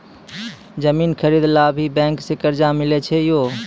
जमीन खरीदे ला भी बैंक से कर्जा मिले छै यो?